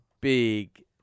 big